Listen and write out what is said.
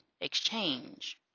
exchange